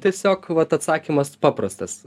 tiesiog vat atsakymas paprastas